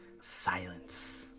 silence